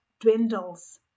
dwindles